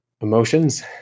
emotions